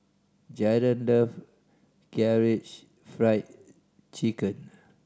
Jaron love Karaage Fried Chicken